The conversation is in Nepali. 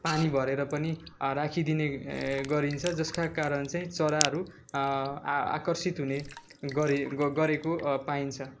पानी भरेर पनि राखिदिने ए गरिन्छ जसका कारण चाहिँ चराहरू आ आकर्षित हुने गरी ग गरेको पाइन्छ